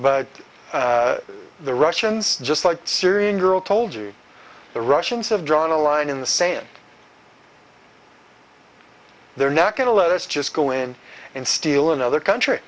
but the russians just like syrian girl told you the russians have drawn a line in the sand they're not going to let us just go in and steal another country